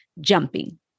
jumping